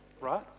right